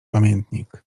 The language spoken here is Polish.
pamiętnik